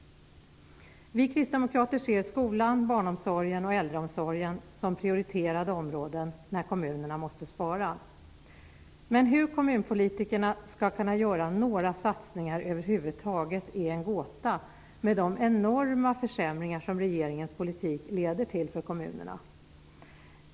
Vi kristdemokrater ser skolan, barnomsorgen och äldreomsorgen som prioriterade områden när kommunerna måste spara. Men hur kommunpolitikerna skall kunna göra några satsningar över huvud taget är en gåta med de enorma försämringar som regeringens politik leder till för kommunerna.